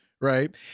Right